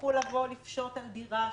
שיצטרכו לפשוט על דירה,